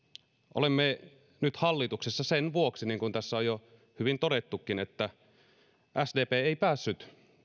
olemme nyt hallituksessa sen vuoksi niin kuin tässä on jo hyvin todettukin että sdp ei päässyt